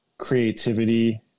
creativity